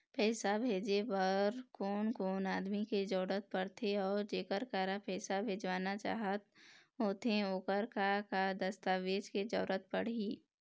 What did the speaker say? पैसा भेजे बार कोन कोन आदमी के जरूरत पड़ते अऊ जेकर करा पैसा भेजवाना चाहत होथे ओकर का का दस्तावेज के जरूरत पड़ही?